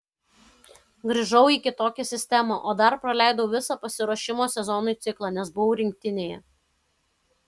grįžau į kitokią sistemą o dar praleidau visą pasiruošimo sezonui ciklą nes buvau rinktinėje